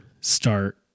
start